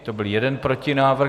To byl jeden protinávrh.